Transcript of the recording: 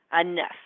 Enough